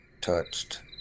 touched